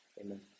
Amen